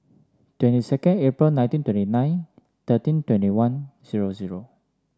twenty second April nineteen twenty nine thirteen twenty one zero zero